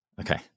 Okay